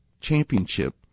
championship